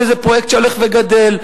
שזה פרויקט שהולך וגדל,